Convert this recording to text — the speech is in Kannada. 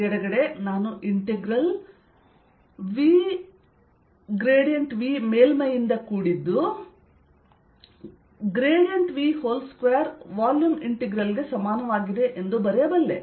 ಎಡಗಡೆ ನಾನು ಇಂಟಿಗ್ರಲ್ VV ಮೇಲ್ಮೈಯಿಂದ ಕೂಡಿದ್ದು V2 ವಾಲ್ಯೂಮ್ ಇಂಟಿಗ್ರಲ್ ಗೆ ಸಮಾನವಾಗಿದೆ ಎಂದು ಬರೆಯಬಲ್ಲೆ